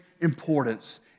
importance